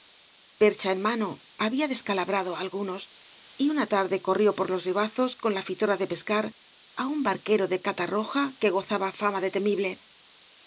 percha en mano había descalabrado á algunos y una tarde corrió por los ribazos con la pora de pescar á un barquero de catarroja que gozaba fama de temible